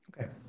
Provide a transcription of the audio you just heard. okay